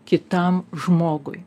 kitam žmogui